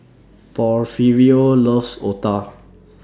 Porfirio loves Otah